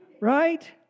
right